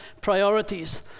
priorities